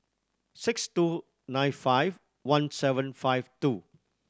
six two nine five one seven five two